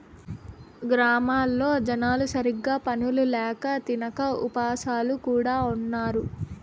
గ్రామాల్లో జనాలు సరిగ్గా పనులు ల్యాక తినక ఉపాసాలు కూడా ఉన్నారు